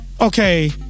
okay